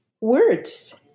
words